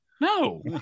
no